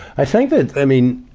i think that i mean,